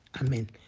Amen